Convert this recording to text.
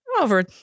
over